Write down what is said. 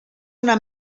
una